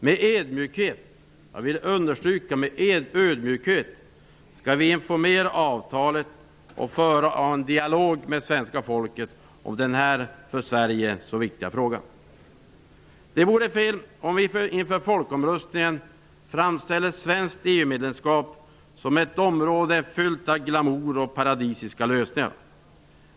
Med ödmjukhet -- jag vill understryka det -- skall vi infomera om avtalet och föra en dialog med svenska folket om denna för Sverige så viktiga fråga. Det vore fel om vi inför folkomröstningen framställde ett svenskt EU-medlemskap som något fyllt av glamour och paradisiska lösningar.